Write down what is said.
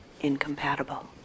incompatible